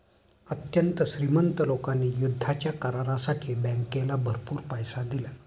अत्यंत श्रीमंत लोकांनी युद्धाच्या करारासाठी बँकेला भरपूर पैसा दिला